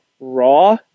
raw